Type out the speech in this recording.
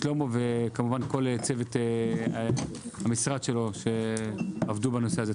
שלמה וכמובן כל צוות המשרד שלו שעבדו בנושא הזה.